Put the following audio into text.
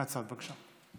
מהצד, בבקשה.